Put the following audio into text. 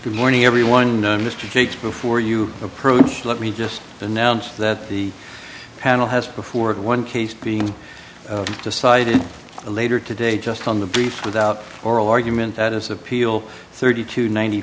good morning everyone know mr gates before you approach let me just announce that the panel has before one case being decided later today just from the brief without oral argument that is appeal thirty two ninety